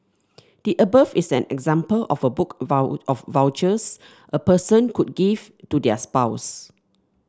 the above is an example of a book of vouchers a person could give to their spouse